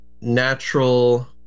natural